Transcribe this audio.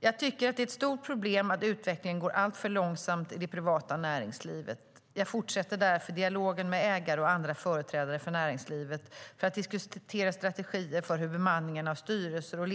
Jag tycker att det är ett stort problem att utvecklingen går alltför långsamt i det privata näringslivet. Jag fortsätter därför dialogen med ägare och andra företrädare för näringslivet, för att diskutera strategier för hur bemanningen av styrelser och ledande positioner kan utvecklas, med en jämn könsfördelning som mål.